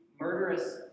murderous